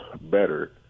better